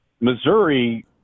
Missouri